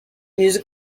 music